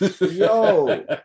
Yo